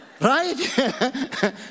Right